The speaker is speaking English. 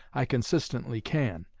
i consistently can.